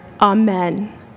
Amen